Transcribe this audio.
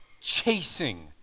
chasing